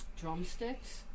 drumsticks